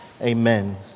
amen